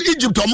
Egypt